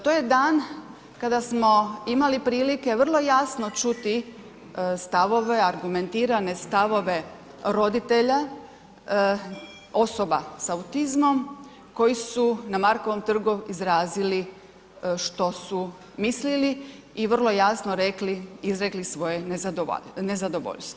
To je dan kada smo imali prilike vrlo jasno čuti stavove, argumentirane stavove roditelja osoba s autizmom koji su na Markovom trgu izrazili što su mislili i vrlo jasno rekli, izrekli svoje nezadovoljstvo.